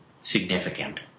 significant